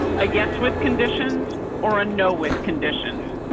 i guess, with conditions or no with conditions.